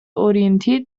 orientiert